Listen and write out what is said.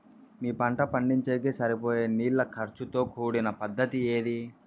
మీ పంట పండించేకి సరిపోయే నీళ్ల ఖర్చు తో కూడిన పద్ధతి ఏది?